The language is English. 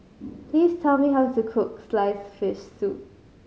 please tell me how to cook sliced fish soup